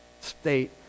state